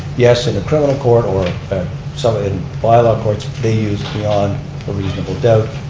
yes, in a criminal court or so in bylaw courts they use beyond a reasonable doubt.